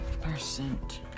percent